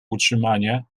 utrzymanie